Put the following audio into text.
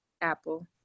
Apple